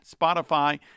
Spotify